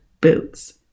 boots